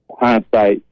Hindsight